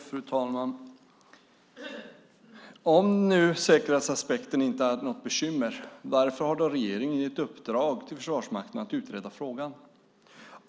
Fru talman! Om nu säkerhetsaspekten inte är något bekymmer undrar jag: Varför har regeringen gett uppdrag till Försvarsmakten att utreda frågan?